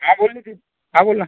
हां बोल नितीन हां बोल ना